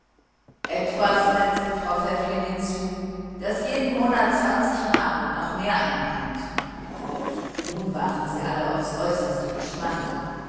etwas setzte frau pfäffling hinzu das jeden monat mark und noch mehr einbringt nun waren sie alle aufs äußerste gespannt